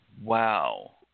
wow